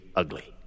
ugly